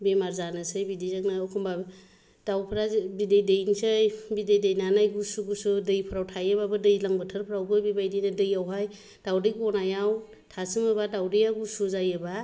बेमार जानोसै बिदिनो एखमब्ला दाउफोरा बिदै दैनोसै बिदै दैनानै गुसु गुसु दैफोराव थायोब्लाबो दैज्लां बोथोरफोरावबो बिदिनो दैयावहाय दाउदै गनायाव थासोमोब्ला दाउदैया गुसु जायोब्ला